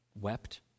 wept